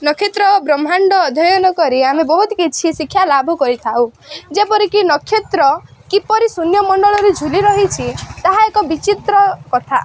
ନକ୍ଷତ୍ର ବ୍ରହ୍ମାଣ୍ଡ ଅଧ୍ୟୟନ କରି ଆମେ ବହୁତ କିଛି ଶିକ୍ଷା ଲାଭ କରିଥାଉ ଯେପରି କି ନକ୍ଷତ୍ର କିପରି ଶୂନ୍ୟ ମଣ୍ଡଳରେ ଝୁଲି ରହିଛି ତାହା ଏକ ବିଚିତ୍ର କଥା